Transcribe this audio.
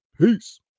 peace